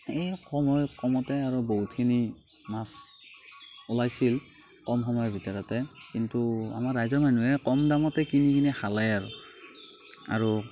এই কম কমতে আৰু বহুতখিনি মাছ ওলাইছিল কম সময়ৰ ভিতৰতে কিন্তু আমাৰ ৰাইজৰ মানুহে কম দামতে কিনি কিনি খালে আৰু আৰু